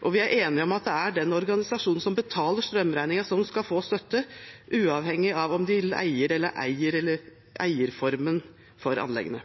og vi er enige om at det er den organisasjonen som betaler strømregningen, som skal få støtte, uavhengig av om de leier eller eier, eller hva eierformen for anleggene